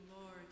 Lord